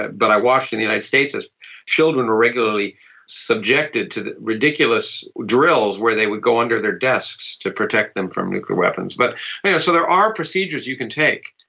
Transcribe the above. but i watched in the united states as children were regularly subjected to ridiculous drills where they would go under their desks to protect them from nuclear weapons. but yeah so there are procedures you can take,